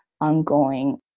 ongoing